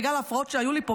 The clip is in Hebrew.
בגלל ההפרעות שהיו לי פה,